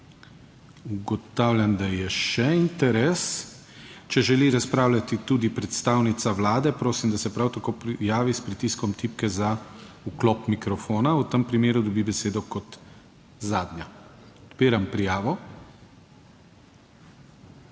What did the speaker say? Ugotavljam, da je še interes. Če želi razpravljati tudi predstavnica Vlade, prosim, da se prav tako prijavi s pritiskom tipke za vklop mikrofona, v tem primeru dobi besedo kot zadnja. Odpiram prijavo.